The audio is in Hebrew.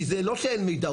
כי זה לא שאין מידע,